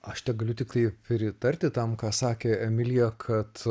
aš tegaliu tiktai pritarti tam ką sakė emilija kad